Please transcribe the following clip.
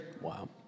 Wow